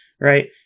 right